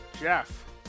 Jeff